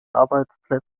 arbeitsplätze